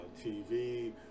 TV